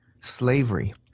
slavery